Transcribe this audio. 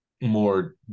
more